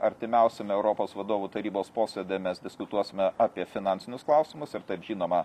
artimiausiam europos vadovų tarybos posėdy mes diskutuosime apie finansinius klausimus ir taip žinoma